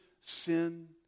sin